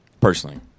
Personally